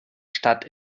stadt